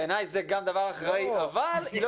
בעיניי זה גם דבר אחראי אבל היא לא